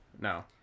No